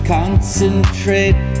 concentrate